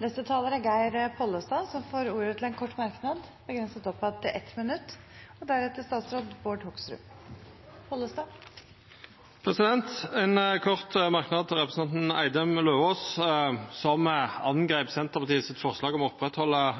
Representanten Geir Pollestad har hatt ordet to ganger tidligere og får ordet til en kort merknad, begrenset til 1 minutt. Ein kort merknad til representanten Eidem Løvaas, som angreip forslaget frå Senterpartiet om å